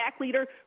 leader